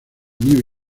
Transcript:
new